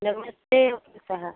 नमस्ते वकील साहब